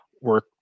work